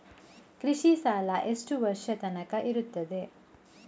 ಕೃಷಿ ಸಾಲ ಎಷ್ಟು ವರ್ಷ ತನಕ ಇರುತ್ತದೆ?